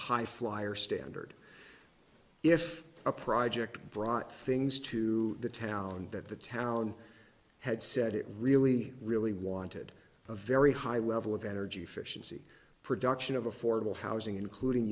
high flyer standard if a project brought things to the town that the town had said it really really wanted a very high level of energy efficiency production of affordable housing including